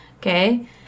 okay